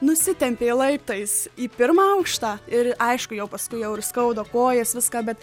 nusitempė laiptais į pirmą aukštą ir aišku jau paskui jau ir skauda kojas viską bet